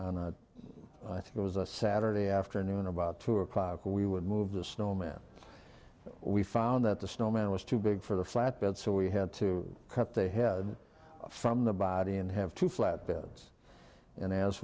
it i think it was a saturday afternoon about two o'clock we would move the snowman we found that the snowman was too big for the flatbed so we had to cut the head from the body and have two flat beds and as